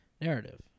narrative